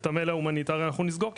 את המייל ההומניטרי אנחנו נסגור,